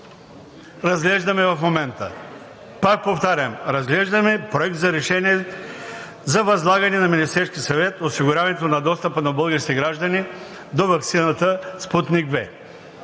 разглеждаме в момента? Пак повтарям, разглеждаме Проект за решение за възлагане на Министерския съвет осигуряването на достъпа на българските граждани до ваксината „Спутник